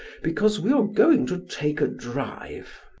because we are going to take a drive.